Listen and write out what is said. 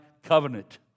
Covenant